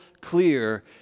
clear